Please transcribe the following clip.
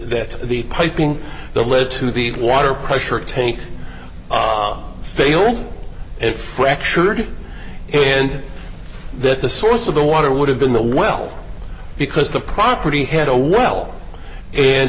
that the piping that led to the water pressure tank failed and fractured and that the source of the water would have been the well because the property had a well and